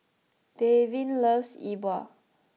Davin loves E bua